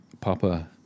papa